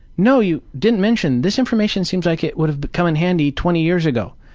no you didn't mention, this information seems like it would've come in handy twenty years ago,